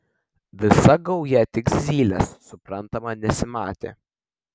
visa gauja tik zylės suprantama nesimatė